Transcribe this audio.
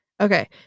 Okay